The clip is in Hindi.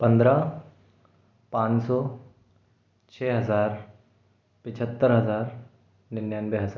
पन्द्रह पाँच सौ छः हजार पचहत्तर हजार निन्यानबे हजार